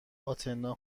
اتنا